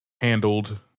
handled